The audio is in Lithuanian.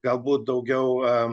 galbūt daugiau